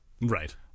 Right